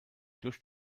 durch